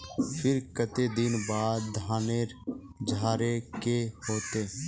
फिर केते दिन बाद धानेर झाड़े के होते?